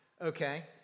Okay